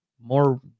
more